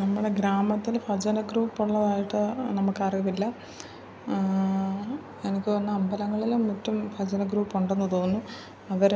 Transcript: നമ്മുടെ ഗ്രാമത്തിൽ ഭജന ഗ്രൂപ്പുള്ളതായിട്ട് നമുക്കറിയത്തില്ല എനിക്ക് തോന്നുന്നു അമ്പലങ്ങളിലും മറ്റും ഭജനഗ്രൂപ്പുണ്ടെന്ന് തോന്നുന്നു അവർ